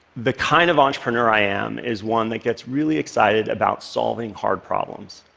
the kind of entrepreneur i am is one that gets really excited about solving hard problems.